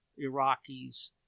Iraqis